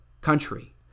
country